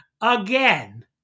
again